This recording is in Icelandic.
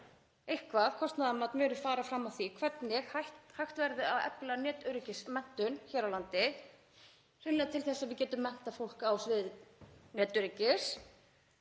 eitthvert kostnaðarmat muni fara fram á því hvernig hægt verði að efla netöryggismenntun hér á landi, hreinlega til þess að við getum menntað fólk á sviði netöryggis.